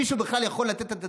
מישהו בכלל יכול לתת את הדעת?